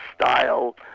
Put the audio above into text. style